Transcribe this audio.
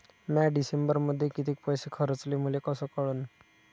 म्या डिसेंबरमध्ये कितीक पैसे खर्चले मले कस कळन?